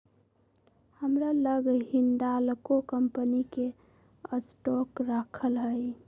हमरा लग हिंडालको कंपनी के स्टॉक राखल हइ